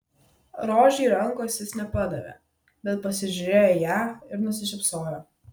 rožei rankos jis nepadavė bet pasižiūrėjo į ją ir nusišypsojo